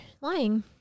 lying